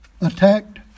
attacked